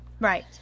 Right